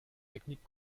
technique